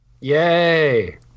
yay